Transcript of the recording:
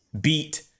beat